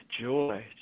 joy